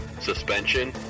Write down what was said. suspension